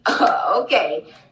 Okay